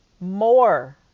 more